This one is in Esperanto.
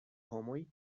homoj